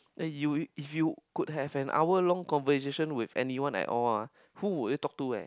eh you if you could have an hour long conversation with anyone at all ah who would you talk to eh